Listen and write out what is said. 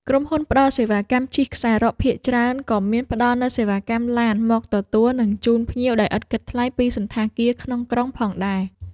ក្រុមហ៊ុនផ្តល់សេវាកម្មជិះខ្សែរ៉កភាគច្រើន ក៏មានផ្ដល់នូវសេវាកម្មឡានមកទទួល និងជូនភ្ញៀវដោយឥតគិតថ្លៃពីសណ្ឋាគារក្នុងក្រុងផងដែរ។